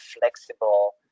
flexible